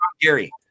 gary